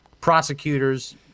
prosecutors